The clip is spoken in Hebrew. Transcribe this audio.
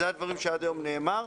זה הדברים שעד היום נאמרו.